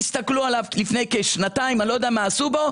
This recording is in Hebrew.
הסתכלו עליו לפני כשנתיים ואני לא יודע מה עשו בו.